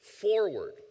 forward